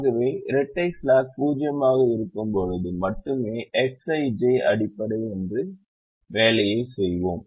ஆகவே இரட்டை ஸ்லாக் 0 ஆக இருக்கும்போது மட்டுமே Xij அடிப்படை என்று ஒரு வேலையைச் செய்வோம்